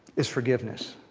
is forgiveness.